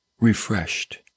refreshed